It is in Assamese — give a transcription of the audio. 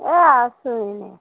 এইয়া আছো এনেই